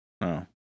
No